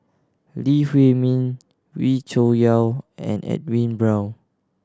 Lee Huei Min Wee Cho Yaw and Edwin Brown